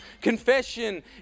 Confession